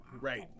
right